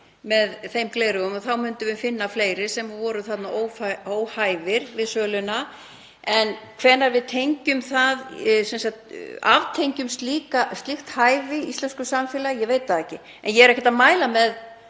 með þeim gleraugum þá myndum við finna fleiri sem voru óhæfir við söluna en hvenær við aftengjum slíkt hæfi í íslensku samfélagi veit ég ekki. Ég er ekkert að mæla með